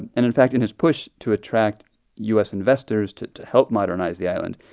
and and in fact, in his push to attract u s. investors to to help modernize the island,